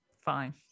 fine